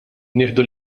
nieħdu